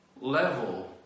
level